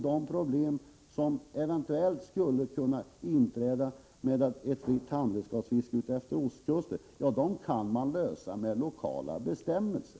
De problem som eventuellt skulle kunna inträffa med ett fritt handredskapsfiske utefter ostkusten kan lösas med lokala bestämmelser.